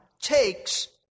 takes